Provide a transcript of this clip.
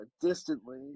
distantly